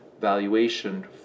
valuation